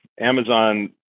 Amazon